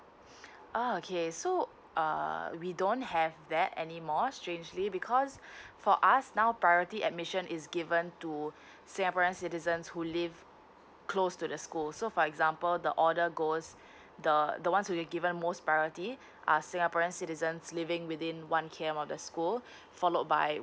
ah okay so err we don't have that anymore strangely because for us now priority admission is given to singaporean citizens who live close to the school so for example the order goes the the ones we given most priorities are singaporean citizens living within one K M of the school followed by